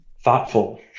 thoughtful